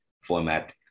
format